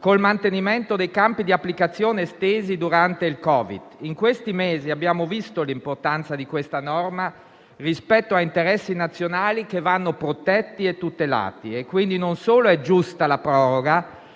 col mantenimento dei campi di applicazione estesi durante il Covid. Negli ultimi mesi abbiamo visto l'importanza di questa norma rispetto a interessi nazionali che vanno protetti e tutelati. Pertanto, non solo la proroga